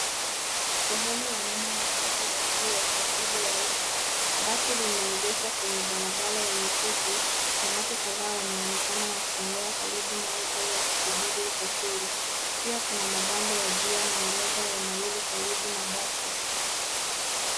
Sehemu ya nyuma ya basi la bluu la usafiri wa uma. Basi limeegeshwa kwenye barabara yenye shughuli, na watu kadhaa wanaonekana wakitembea karibu nalo au wakisubiri usafiri. Pia kuna mabango ya njia na orodha na nauli karibu na basi.